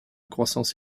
croissance